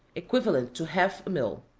equivalent to half a mill.